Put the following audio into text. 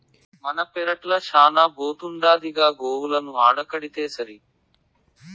మన పెరట్ల శానా బోతుండాదిగా గోవులను ఆడకడితేసరి